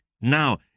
now